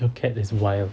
your cat is wild